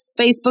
Facebook